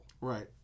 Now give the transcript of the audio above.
Right